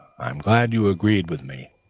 i'm glad you agree with me.